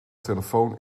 telefoon